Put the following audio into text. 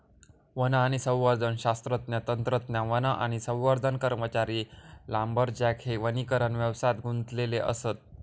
one आणि संवर्धन शास्त्रज्ञ, तंत्रज्ञ, वन आणि संवर्धन कर्मचारी, लांबरजॅक हे वनीकरण व्यवसायात गुंतलेले असत